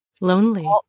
lonely